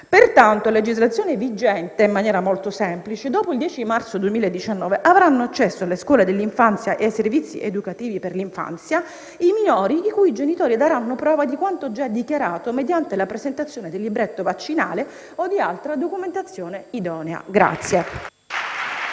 Pertanto, a legislazione vigente, in maniera molto semplice, dopo il 10 marzo 2019 avranno accesso alle scuole dell'infanzia e ai servizi educativi per l'infanzia i minori i cui genitori daranno prova di quanto già dichiarato mediante la presentazione del libretto vaccinale o di altra documentazione idonea.